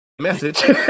Message